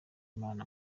imana